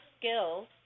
skills